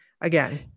again